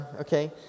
Okay